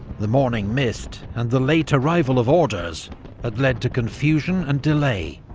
the morning mist and the late arrival of orders had led to confusion and delay,